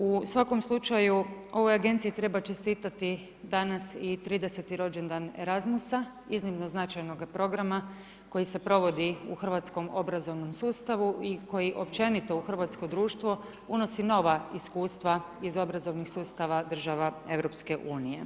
U svakom slučaju ovoj agenciji treba čestiti danas i 30. rođendan ERASMUS-a iznimno značajnog programa koji se provodi u hrvatskom obrazovnom sustavu i koji općenito u hrvatsko društvo unosi nova iskustva iz obrazovnih sustava država EU.